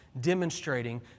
demonstrating